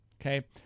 okay